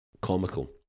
comical